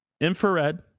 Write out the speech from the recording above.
infrared